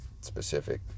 specific